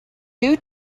due